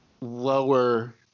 lower